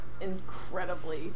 incredibly